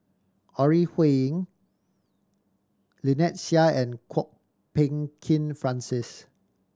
Ore Huiying Lynnette Seah and Kwok Peng Kin Francis